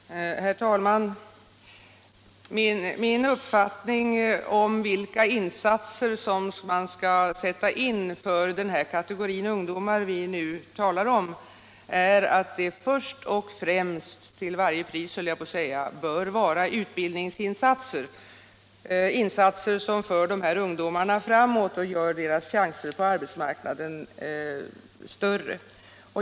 Om bättre samord Herr talman! Min uppfattning om vilka insatser man skall sätta in = ning av resurserna för den kategori ungdomar vi nu talar om är att det först och främst = för utbildning och - till varje pris, höll jag på att säga — bör vara utbildningsinsatser, dvs. — praktikarbete för insatser som kan föra de här ungdomarna framåt och göra deras chanser = ungdom på arbetsmarknaden större.